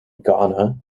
ghana